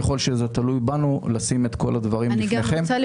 ככל שזה תלוי בנו, לשים את כל הדברים בפניכם.